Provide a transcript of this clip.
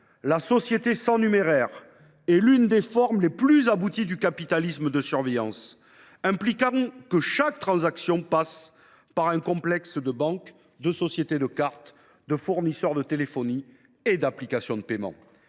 la société sans numéraire est l’une des formes les plus abouties du capitalisme de surveillance, car elle implique que chaque transaction passe par un complexe de banques, de sociétés de cartes, de fournisseurs de téléphonie et d’applications de paiement.